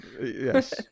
Yes